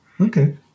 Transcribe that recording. okay